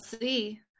see